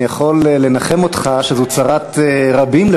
אני יכול לנחם אותך שזו צרת רבים,